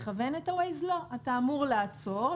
אתה אמור לעצור,